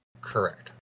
Correct